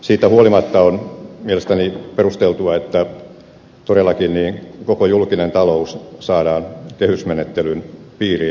siitä huolimatta on mielestäni perusteltua että todellakin koko julkinen talous saadaan kehysmenettelyn piiriin